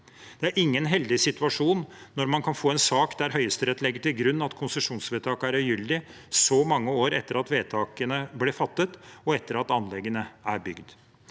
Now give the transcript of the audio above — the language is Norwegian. Det er ingen heldig situasjon når man kan få en sak der Høyesterett legger til grunn at konsesjonsvedtak er ugyldige så mange år etter at vedtakene ble fattet, og etter at anleggene er bygd.